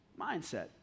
mindset